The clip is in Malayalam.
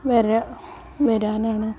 വരാം വരാനാണ്